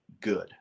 good